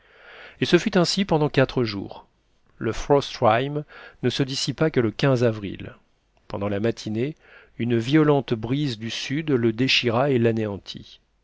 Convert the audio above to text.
et ce fut ainsi pendant quatre jours le frost rime ne se dissipa que le avril pendant la matinée une violente brise du sud le déchira et